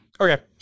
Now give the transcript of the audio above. Okay